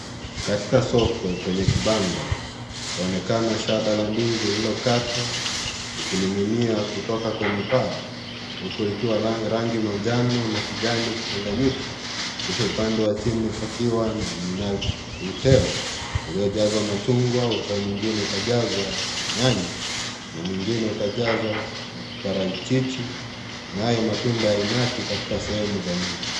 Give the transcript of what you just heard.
Katika soko kwenye kibanda, paonekana shada la ndizi lililokatwa likining'inia kutoka kwenye paa, huku likiwa rangi manjano na kijani kuchanganyika. Kisha upande wa chini pakiwa na uteo uliojazwa machungwa, uteo mwingine ukajazwa nyanya, na mwingine ukajazwa maparachichi, nayo matunda inati katika sehemu za nyuma.